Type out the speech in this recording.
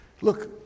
Look